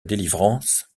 délivrance